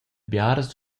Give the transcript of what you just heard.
biaras